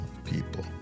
People